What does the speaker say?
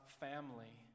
family